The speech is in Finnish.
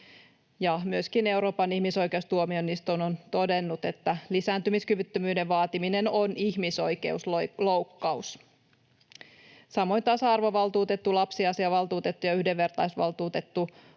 myöskin Euroopan ihmisoikeustuomioistuin on todennut, että lisääntymiskyvyttömyyden vaatiminen on ihmisoikeusloukkaus. Samoin tasa-arvovaltuutettu, lapsiasiavaltuutettu ja yhdenvertaisuusvaltuutettu